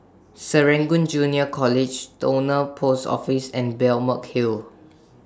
Serangoon Junior College Towner Post Office and Balmeg Hill